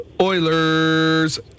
Oilers